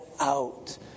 out